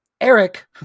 Eric